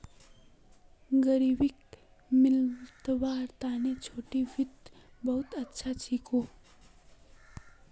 ग़रीबीक मितव्वार तने छोटो वित्त बहुत अच्छा छिको